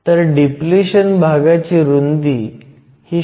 तर डिप्लिशन भागाची रुंदी ही 0